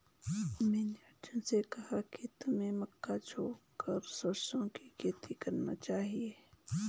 मैंने अर्जुन से कहा कि तुम्हें मक्का छोड़कर सरसों की खेती करना चाहिए